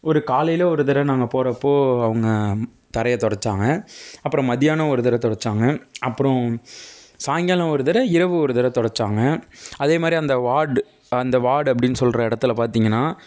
ஒரு காலையில் ஒரு தடவை நாங்கள் போகிறப்போ அவங்க தரையை தொடைச்சாங்க அப்றம் மதியானம் ஒரு தடவை தொடைச்சாங்க அப்புறம் சாயங்காலம் ஒரு தடவை இரவு ஒரு தடவை தொடைச்சாங்க அதேமாதிரி அந்த வார்டு அந்த வார்டு அப்படின்னு சொல்கிற இடத்துல பார்த்திங்கனா